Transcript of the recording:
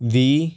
ਵੀਹ